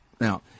Now